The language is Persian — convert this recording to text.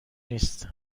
نیست